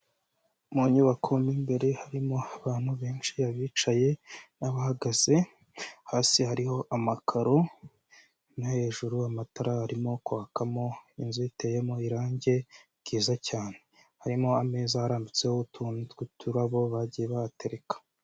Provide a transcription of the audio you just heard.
Mu nyubako n'imbere harimo abantu benshi abicaye n'abahagaze, hasi hariho amakaro no hejuru amatara arimo kwakamo, inzu iteyemo irange ryiza cyane, harimo ameza arambitseho utuntu tw'uturabo bagiye bahatereka.